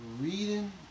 Reading